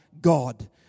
God